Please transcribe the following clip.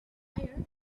fire